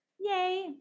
Yay